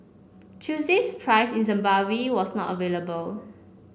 Tuesday's price in Zimbabwe was not available